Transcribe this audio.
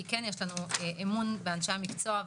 כי יש לנו אמון באנשי המקצוע,